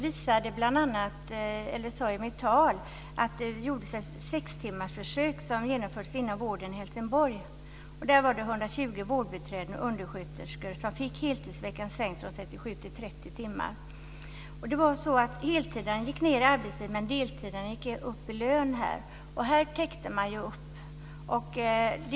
Fru talman! Jag sade i mitt anförande att det genomfördes ett sextimmarsförsök inom vården i Helsingborg. Där var det 120 vårdbiträden och undersköterskor som fick heltidsveckan minskad från 37 till 30 timmar. Heltidarna gick ned i arbetstid, men deltidarna gick upp i lön, och man täckte upp.